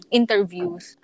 interviews